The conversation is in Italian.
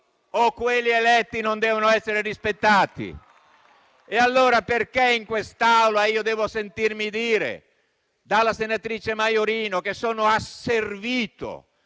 O quelli eletti non devono essere rispettati? *(Applausi. Commenti).* Allora perché in quest'Aula devo sentirmi dire dalla senatrice Maiorino che sono asservito?